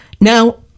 Now